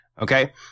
Okay